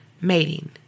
mating